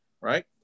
right